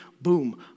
boom